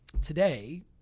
today